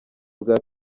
bwa